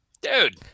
Dude